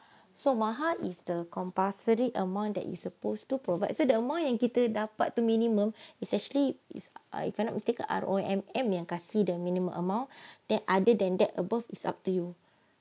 so maha is the compulsory amount that you supposed to provide so the amount yang kita dapat tu minimum is actually is if I am not mistaken R_O_M yang kasi the minimum amount then other than that above is up to you